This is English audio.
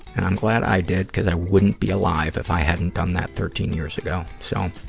and i'm glad i did because i wouldn't be alive if i hadn't done that thirteen years ago. so,